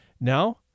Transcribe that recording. Now